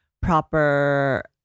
proper